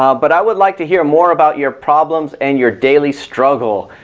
um but i would like to hear more about your problems and your daily struggle.